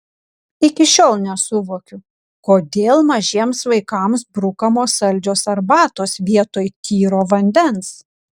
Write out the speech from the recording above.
iki šiol nesuvokiu kodėl mažiems vaikams brukamos saldžios arbatos vietoj tyro vandens